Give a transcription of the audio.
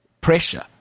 Pressure